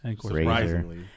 surprisingly